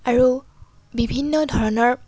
আৰু বিভিন্ন ধৰণৰ